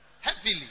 Heavily